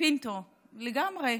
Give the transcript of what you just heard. פינטו, לגמרי.